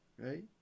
right